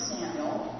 Samuel